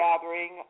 gathering